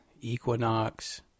equinox